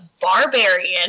barbarian